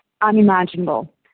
unimaginable